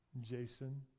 Jason